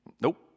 Nope